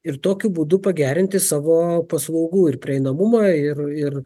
ir tokiu būdu pagerinti savo paslaugų ir prieinamumą ir ir